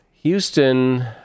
Houston